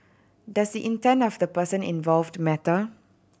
does the intent of the person involved matter